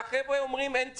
והחבר'ה אומרים שאין ציונות,